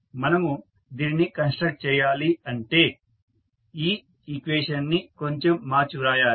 మనము దీనిని కన్స్ట్రక్ట్ చేయాలి అంటే ఈ ఈక్వేషన్ ని కొంచెం మార్చి వ్రాయాలి